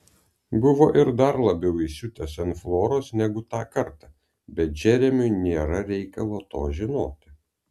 buvo ir dar labiau įsiutęs ant floros negu tą kartą bet džeremiui nėra reikalo to žinoti